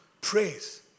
praise